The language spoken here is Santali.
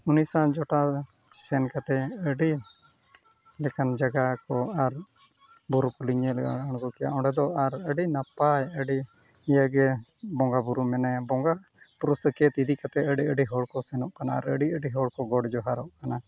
ᱩᱱᱤ ᱥᱟᱶ ᱡᱚᱴᱟᱣ ᱥᱮᱱ ᱠᱟᱛᱮᱫ ᱟᱹᱰᱤ ᱞᱮᱠᱟᱱ ᱡᱟᱭᱜᱟ ᱠᱚ ᱟᱨ ᱵᱩᱨᱩ ᱠᱚᱞᱤᱧ ᱧᱮᱞ ᱟᱬᱜᱚ ᱠᱮᱜᱼᱟ ᱚᱸᱰᱮ ᱫᱚ ᱟᱨ ᱟᱹᱰᱤ ᱤᱭᱟᱹᱜᱮ ᱵᱚᱸᱜᱟᱼᱵᱩᱨᱩ ᱢᱮᱱᱟᱭᱟ ᱵᱚᱸᱜᱟ ᱯᱨᱚᱥᱮᱠᱮᱛ ᱤᱫᱤ ᱠᱟᱛᱮᱫ ᱟᱹᱰᱤ ᱟᱹᱰᱤ ᱦᱚᱲ ᱠᱚ ᱥᱮᱱᱚᱜ ᱠᱟᱱᱟ ᱟᱨ ᱟᱹᱰᱤ ᱟᱹᱰᱤ ᱦᱚᱲ ᱠᱚ ᱜᱚᱰ ᱡᱡᱚᱦᱟᱚᱜ ᱠᱟᱱᱟ